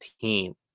team